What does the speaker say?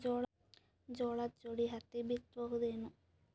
ಜೋಳದ ಜೋಡಿ ಹತ್ತಿ ಬಿತ್ತ ಬಹುದೇನು?